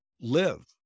live